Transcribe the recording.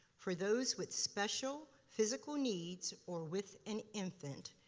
for those with special physical needs or with an infant,